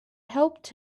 helped